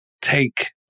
take